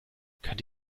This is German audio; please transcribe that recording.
könnte